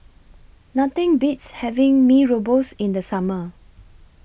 Nothing Beats having Mee Rebus in The Summer